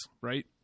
right